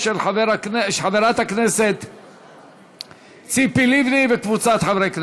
אם כן, ועדת הכנסת תחליט לאן החוק יעבור.